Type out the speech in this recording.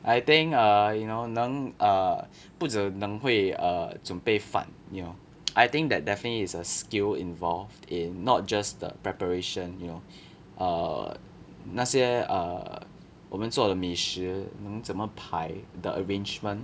I think err you know 能 err 不止能会 err 准备饭 you know I think that definitely is a skill involved in not just the preparation you know err 那些 err 我们做的美食能怎么排 the arrangement